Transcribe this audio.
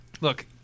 Look